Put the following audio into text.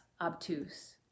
obtuse